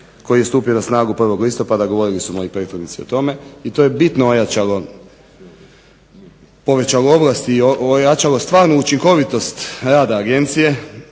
koji je stupio na snagu 1. listopada, govorili su moji prethodnici o tome, i to je bitno ojačalo, povećalo ovlasti i ojačalo stvarnu učinkovitost rada agencije